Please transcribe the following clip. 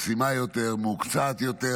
ישימה יותר, מהוקצעת יותר.